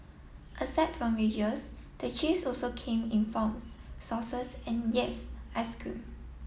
aside from wedges the cheese also came in forms sauces and yes ice cream